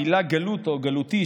המילה "גלות" או "גלותי",